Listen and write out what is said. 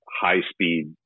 high-speed